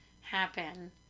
happen